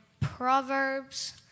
Proverbs